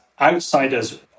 outsiders